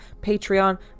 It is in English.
patreon